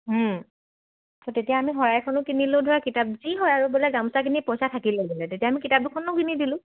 ত' তেতিয়া আমি শৰাই এখনো কিনিলোঁ ধৰা কিতাপ যি হয় আৰু বোলে গামোচা কিনি পইচা থাকি গ'ল বোলে তেতিয়া আমি কিতাপখনো কিনি দিলোঁ